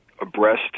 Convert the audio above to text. abreast